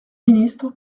ministre